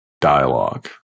dialogue